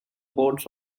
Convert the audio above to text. board